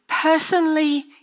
personally